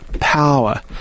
power